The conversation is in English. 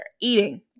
eating